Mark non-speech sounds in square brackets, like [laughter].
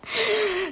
[breath]